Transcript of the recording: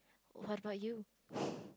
what about you